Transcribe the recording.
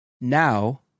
Now